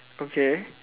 okay